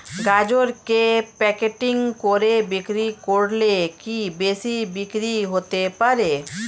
গাজরকে প্যাকেটিং করে বিক্রি করলে কি বেশি বিক্রি হতে পারে?